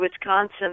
Wisconsin